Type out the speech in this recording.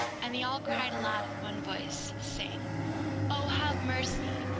and they all cried aloud with one voice, saying o have mercy,